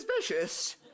suspicious